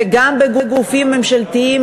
וגם בגופים ממשלתיים,